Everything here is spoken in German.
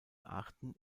arten